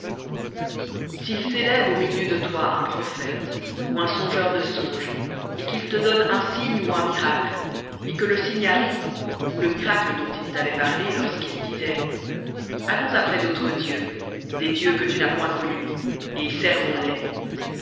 s'il s'élève au milieu de toi un prophète ou un songeur de songes et qu'il te donne un signe ou un miracle et que le signe arrive ou le miracle dont il t'avait parlé lorsqu'il disait allons après d'autres dieux que tu n'as point connus et servons les